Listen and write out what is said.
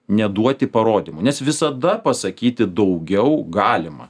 neduoti parodymų nes visada pasakyti daugiau galima